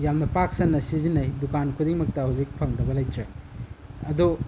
ꯌꯥꯝꯅ ꯄꯥꯛ ꯁꯟꯅ ꯁꯤꯖꯤꯟꯅꯩ ꯗꯨꯀꯥꯟ ꯈꯨꯗꯤꯡꯃꯛꯇ ꯍꯧꯖꯤꯛ ꯐꯪꯗꯕ ꯂꯩꯇ꯭ꯔꯦ ꯑꯗꯨ